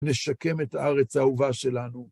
נשקם את הארץ האהובה שלנו.